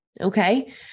okay